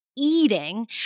eating